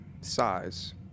size